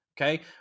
okay